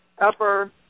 Upper